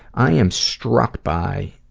i am struck by